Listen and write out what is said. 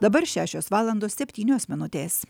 dabar šešios valandos septynios minutės